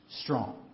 strong